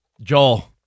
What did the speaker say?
Joel